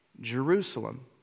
Jerusalem